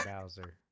Bowser